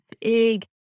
big